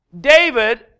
David